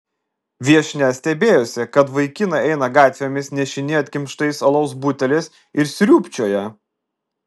viešnia stebėjosi kad vaikinai eina gatvėmis nešini atkimštais alaus buteliais ir sriūbčioja